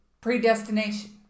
predestination